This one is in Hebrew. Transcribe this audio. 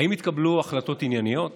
האם התקבלו החלטות ענייניות